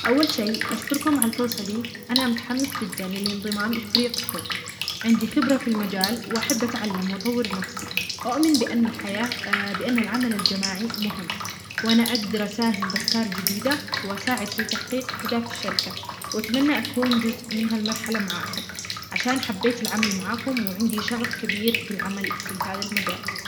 اول شيء اشكركم على الفرصه دي، انا متحمس جدا للانضمام لفريقكم، عندي خبره في المجال واحب اتعلم واطور نفسي، اؤمن بان الحياه-بان العمل الجماعي مهم وانا اقدر اساهم بافكار جديده واساعد في تحقيق اهداف الشركه، و اتمنى اكون جزء من هالمرحله معاكم عشان حبيت العمل معاكم وعندي شغف كبير بالعمل في هذا المجال.